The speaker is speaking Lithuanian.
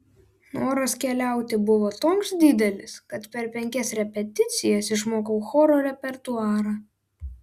noras keliauti buvo toks didelis kad per penkias repeticijas išmokau choro repertuarą